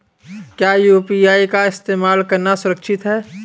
क्या यू.पी.आई का इस्तेमाल करना सुरक्षित है?